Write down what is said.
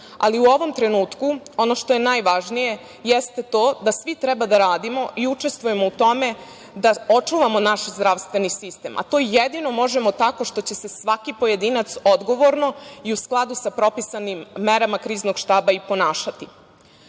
Ali, u ovom trenutku, ono što je najvažnije jeste to da svi treba da radimo i učestvujemo u tome da očuvamo naš zdravstveni sistem, a to jedino možemo tako što će se svaki pojedinac odgovorno i u skladu sa propisanim merama Kriznog štaba i ponašati. Pored